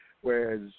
Whereas